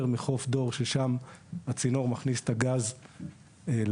מחוף דור ששם הצינור מכניס את הגז לארץ.